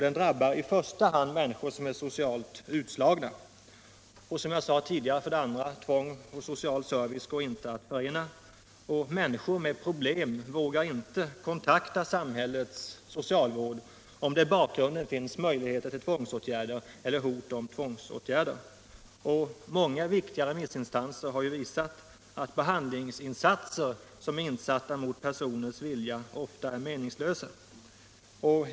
Den drabbar i första hand människor som är socialt utslagna. För det andra går det inte att förena tvång och social service. Människor med problem vågar inte kontakta samhällets socialvård om det i bakgrunden finns möjligheter till tvångsåtgärder eller hot om sådana. Många viktiga remissinstanser har också visat att behandlingsinsatser insatta mot personens vilja ofta är meningslösa.